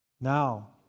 Now